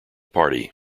party